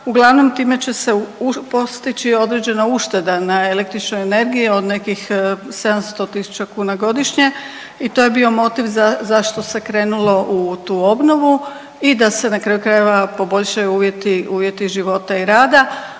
Uglavnom time će se postići određena ušteda na električnoj energiji od nekih 700.000 kuna godišnje i to je bio motiv zašto se krenulo u tu obnovu i da se na kraju krajeva poboljšaju uvjeti života i rada.